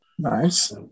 Nice